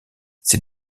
ces